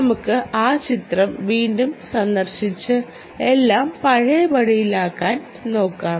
നമുക്ക് ആ ചിത്രം വീണ്ടും സന്ദർശിച്ച് എല്ലാം പഴയപടിയാക്കാൻ നോക്കാം